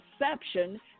perception